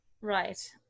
Right